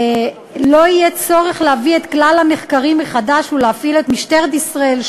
לא יהיה צורך להביא את כלל הנחקרים מחדש ולהפעיל את משטרת ישראל,